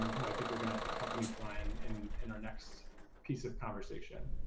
whom i think are gonna accompany brian in in our next piece of conversation.